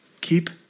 Keep